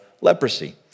leprosy